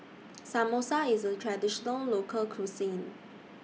Samosa IS A Traditional Local Cuisine